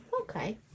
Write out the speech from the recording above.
Okay